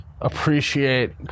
appreciate